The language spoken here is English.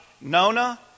Nona